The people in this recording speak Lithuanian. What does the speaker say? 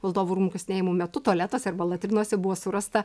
valdovų rūmų kasinėjimų metu tualetuose arba latrinose buvo surasta